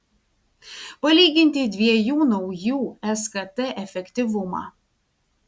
palyginti dviejų naujų skt efektyvumą